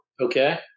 Okay